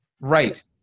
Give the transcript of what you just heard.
Right